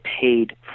paid